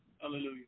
Hallelujah